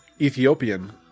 Ethiopian